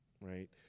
right